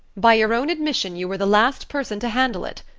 by your own admission you were the last person to handle it.